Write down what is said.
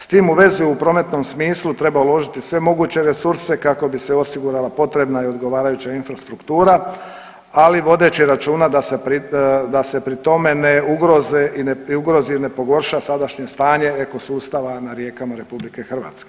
S tim u vezi u prometnom smislu treba uložiti sve moguće resurse kako bi se osigurala potrebna i odgovarajuća infrastruktura, ali vodeći računa da se pri tome ne ugroze, ne ugrozi i ne pogorša sadašnje strane ekosustava na rijekama RH.